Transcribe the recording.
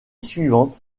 suivante